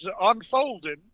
unfolding